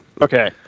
Okay